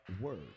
Word